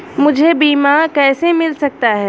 मुझे बीमा कैसे मिल सकता है?